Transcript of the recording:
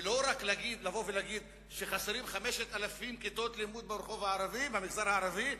ולא רק לבוא ולהגיד שחסרות 5,000 כיתות לימוד במגזר הערבי,